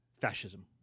fascism